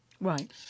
right